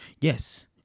yes